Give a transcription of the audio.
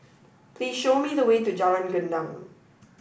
please show me the way to Jalan Gendang